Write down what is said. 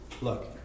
look